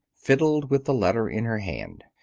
fiddled with the letter in her hand.